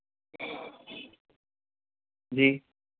जी